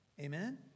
Amen